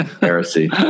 heresy